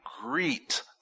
greet